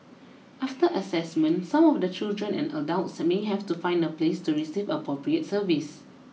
after assessment some of the children and adults may have to find a place to receive the appropriate service